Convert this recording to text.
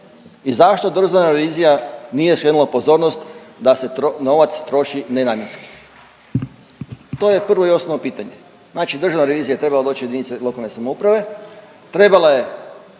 i zašto Državna revizija nije skrenula pozornost da se novac troši nenamjenski? To je prvo i osnovno pitanje. Znači Državna revizija je trebala doći u jedinice lokalne samouprave, trebala je